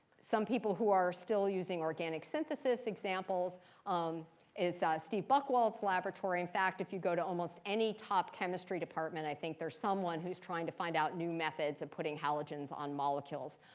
some people who are still using organic synthesis example um is ah steve buchwald's laboratory. in fact, if you go to almost any top chemistry department, i think there's someone who's trying to find out new methods of putting halogens on molecules.